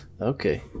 okay